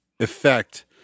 Effect